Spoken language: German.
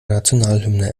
nationalhymne